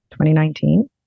2019